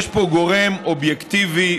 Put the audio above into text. יש פה גורם אובייקטיבי,